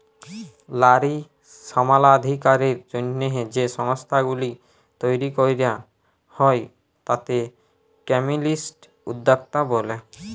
লারী সমালাধিকারের জ্যনহে যে সংস্থাগুলি তৈরি ক্যরা হ্যয় তাতে ফেমিলিস্ট উদ্যক্তা ব্যলে